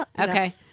okay